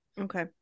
Okay